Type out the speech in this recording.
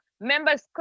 Members